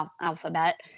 Alphabet